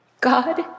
God